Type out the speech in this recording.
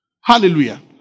Hallelujah